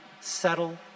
settle